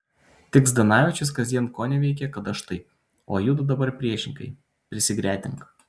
tik zdanavičius kasdien koneveikia kad aš taip o judu dabar priešingai prisigretink